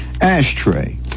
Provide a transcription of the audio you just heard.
ashtray